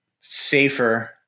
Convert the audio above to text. safer